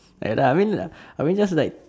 ya lah I mean I mean just like